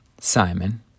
Simon